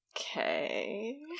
okay